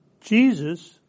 Jesus